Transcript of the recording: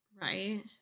Right